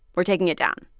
we're taking it down.